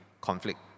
conflict